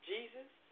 Jesus